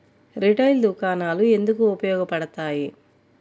Retail దుకాణాలు ఎందుకు ఉపయోగ పడతాయి?